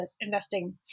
investing